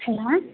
சொல்லுங்கள்